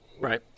Right